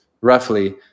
roughly